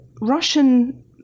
Russian